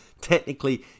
technically